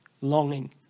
longing